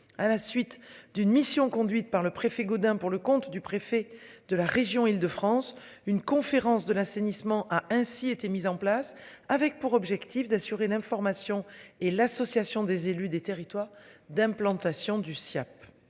à la suite d'une mission conduite par le préfet Gaudin pour le compte du préfet de la région Île-de-France. Une conférence de l'assainissement a ainsi été mis en place avec pour objectif d'assurer l'information et l'association des élus des territoires d'implantation du Siaap